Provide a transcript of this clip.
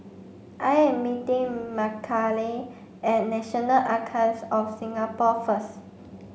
I am meeting Makayla at National Archives of Singapore first